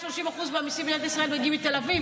30% מהמיסים במדינת ישראל מגיעים מתל אביב,